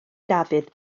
dafydd